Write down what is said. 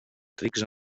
rics